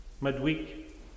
midweek